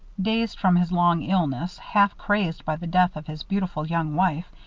dazed from his long illness, half crazed by the death of his beautiful young wife,